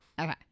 Okay